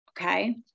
Okay